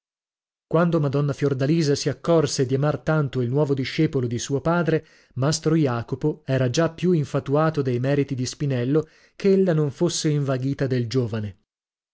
quando madonna fiordalisa si accorse di amar tanto il nuovo discepolo di suo padre mastro jacopo era già più infatuato dei meriti di spinello che ella non fosse invaghita del giovane